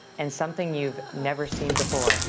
and something you've never seen before.